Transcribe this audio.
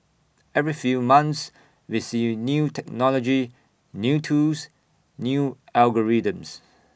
every few months we see new technology new tools new algorithms